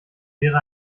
wäre